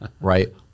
Right